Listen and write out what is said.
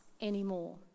anymore